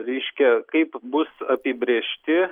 reiškia kaip bus apibrėžti